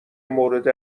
مورد